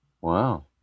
Wow